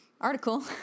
article